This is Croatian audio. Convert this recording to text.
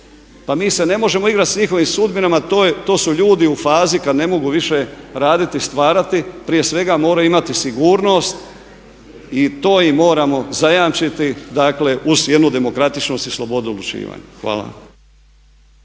Pa mi se ne možemo igrati s njihovim sudbinama, to su ljudi u fazi kad ne mogu više raditi, stvarati, prije svega moraju imati sigurnost i to im moramo zajamčiti uz jednu demokratičnost i slobodu odlučivanja. Hvala